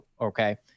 okay